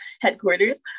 headquarters